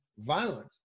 violent